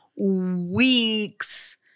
weeks